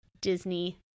Disney